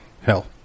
hell